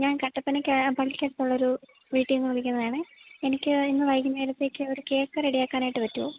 ഞാൻ കട്ടപ്പനയ്ക്ക് പള്ളിക്കടുത്തുള്ളൊരു വീട്ടില് നിന്നു വിളിക്കുന്നതാണ് എനിക്ക് ഇന്ന് വൈകുന്നേരത്തേക്ക് ഒരു കേക്ക് റെഡിയാക്കാനായിട്ട് പറ്റുമോ